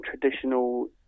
traditional